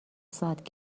ساعت